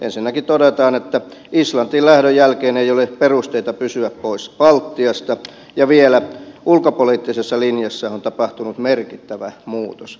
ensinnäkin todetaan että islantiin lähdön jälkeen ei ole perusteita pysyä poissa baltiasta ja vielä että ulkopoliittisessa linjassa on tapahtunut merkittävä muutos